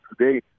today